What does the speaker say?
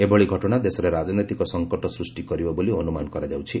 ଏଭଳି ଘଟଣା ଦେଶରେ ରାଜନୈତିକ ସଂକଟ ସୃଷ୍ଟି କରିବ ବୋଲି ଅନୁମାନ କରାଯାଉଛି